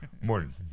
Morning